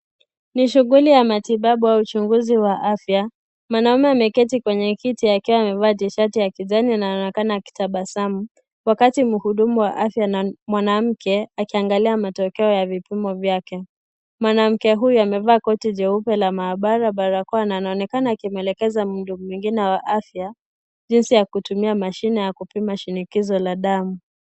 Ni shughuli ya matibabu au uchunguzi wa afya. Mwanaume ameketi kwenye kiti akiwa amevaa tishati ya kijani na anaonekana akitabasamu wakati mhudumu wa afya na mwanamke akiangalia matokeo ya vipimo vyake. Mwanamke huyu amevaa koti jeupe la maabara, barakoa na anaonekana kimelekeza mdomo mwingine wa afya jinsi ya kutumia mashine ya kupima shinikizo la damu.